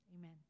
Amen